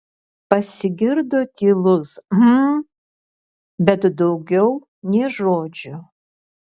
pasigirdo tylus hm bet daugiau nė žodžio